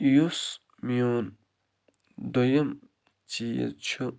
یُس میون دوٚیِم چیٖز چھُ